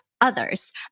others